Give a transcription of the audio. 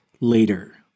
later